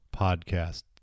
Podcast